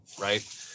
right